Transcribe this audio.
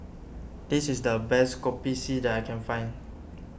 this is the best Kopi C that I can find